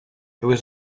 was